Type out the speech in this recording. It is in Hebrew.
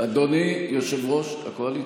אדוני יושב-ראש הקואליציה,